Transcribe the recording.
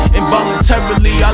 Involuntarily